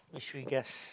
mystery guest